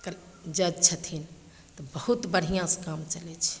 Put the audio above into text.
कर जज छथिन तऽ बहुत बढ़िआँसे काम चलै छै